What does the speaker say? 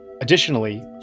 Additionally